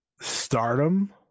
stardom